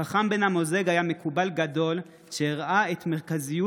החכם בן אמוזג היה מקובל גדול שהראה את מרכזיות